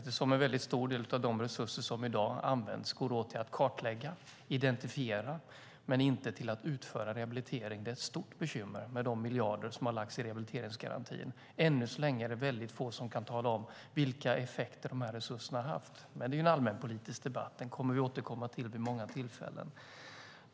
En mycket stor del av de resurser som används i dag går ju åt till att kartlägga och identifiera men inte att utföra rehabilitering. Det är ett stort bekymmer, med de miljarder som har lagts på rehabiliteringsgarantin. Än så länge är det mycket få som kan tala om vilka effekter de resurserna har haft. Men det är ju allmänpolitisk debatt, så den kommer vi att återkomma till vid många tillfällen.